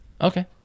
okay